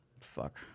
Fuck